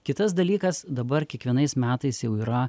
kitas dalykas dabar kiekvienais metais jau yra